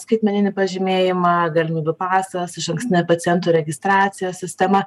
skaitmeninį pažymėjimą galimybių pasas išankstinė pacientų registracijos sistema